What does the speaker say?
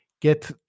get